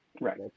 right